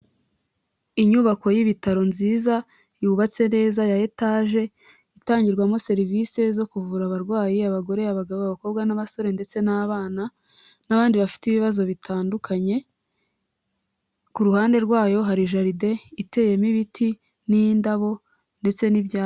Inyubako y'ibitaro nziza yubatse neza ya etage itangirwamo serivisi zo kuvura abarwayi; abagore, abagabo, abakobwa, n'abasore ndetse n'abana n'abandi bafite ibibazo bitandukanye ku ruhande rwayo hari jaride iteyemo ibiti n'iy'indabo ndetse n'ibyatsi.